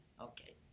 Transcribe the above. Okay